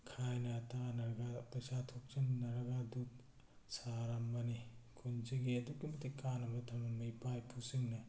ꯈꯥꯏꯅ ꯇꯥꯟꯅꯔꯒ ꯄꯩꯁꯥ ꯊꯣꯛꯆꯤꯟꯅꯔꯒ ꯑꯗꯨ ꯁꯥꯔꯝꯕꯅꯤ ꯈꯨꯟꯁꯤꯒꯤ ꯑꯗꯨꯛꯀꯤ ꯃꯇꯤꯛ ꯀꯥꯟꯅꯕ ꯊꯥꯝꯂꯝꯃꯤ ꯏꯄꯥ ꯏꯄꯨ ꯁꯤꯡꯅ